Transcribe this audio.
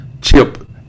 Chip